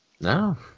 No